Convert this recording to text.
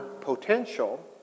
potential